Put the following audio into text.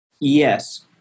Yes